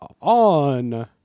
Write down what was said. on